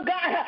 God